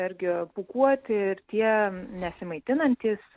irgi pūkuoti ir tie nesimaitinantys